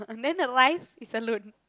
then the rice is alone